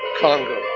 Congo